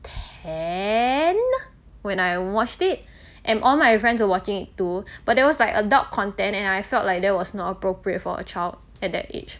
ten when I watched it and all my friends were watching it too but there was like adult content and I felt like that was not appropriate for a child at that age